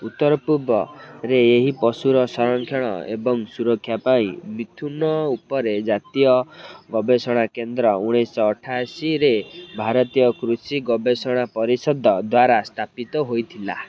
ଉତ୍ତରପୂର୍ବରେ ଏହି ପଶୁର ସଂରକ୍ଷଣ ଏବଂ ସୁରକ୍ଷା ପାଇଁ ମିଥୁନ ଉପରେ ଜାତୀୟ ଗବେଷଣା କେନ୍ଦ୍ର ଉଣେଇଶହ ଅଠାଅଶିରେ ଭାରତୀୟ କୃଷି ଗବେଷଣା ପରିଷଦ ଦ୍ୱାରା ସ୍ଥାପିତ ହୋଇଥିଲା